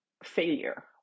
Failure